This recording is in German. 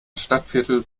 stadtviertel